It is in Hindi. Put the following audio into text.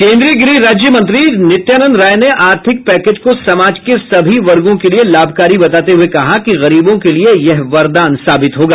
केन्द्रीय गुह राज्य मंत्री नित्यानंद राय ने आर्थिक पैकेज को समाज के सभी वर्गों के लिए लाभकारी बताते हुए कहा कि गरीबों के लिए यह वरदान साबित होगा